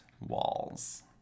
walls